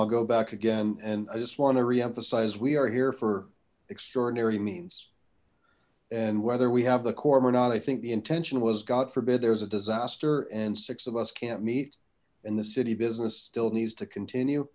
i'll go back again and i just want to re emphasize we are here for extraordinary means and whether we have the quorum or not i think the intention was god forbid there's a disaster and six of us can't meet and the city business still needs to continue